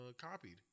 Copied